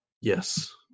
Yes